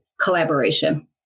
collaboration